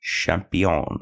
champion